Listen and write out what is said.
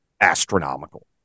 astronomical